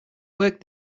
work